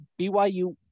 BYU